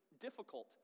difficult